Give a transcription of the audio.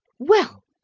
well,